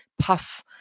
puff